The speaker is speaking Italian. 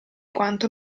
quanto